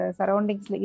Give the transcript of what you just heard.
surroundings